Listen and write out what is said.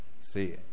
See